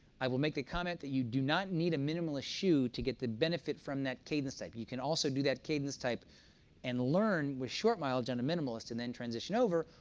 i will make the comment that you do not need a minimalist shoe to get the benefit from that cadence type. you can also do that cadence type and learn with short mileage on a minimalist and then transition over,